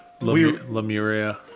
Lemuria